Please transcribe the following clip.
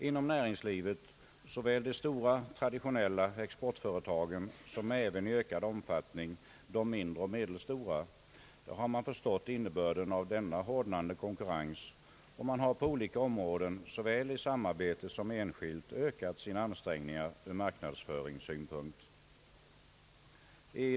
Inom näringslivet, i såväl de stora traditionella exportföretagen som även i ökad omfattning de mindre och medelstora, har man förstått innebörden av denna hårdnande konkurrens, och man har på olika områden, såväl i samarbete som enskilt, ökat sina ansträngningar ur marknadsföringssynpunkt.